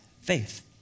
faith